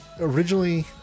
originally